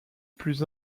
plus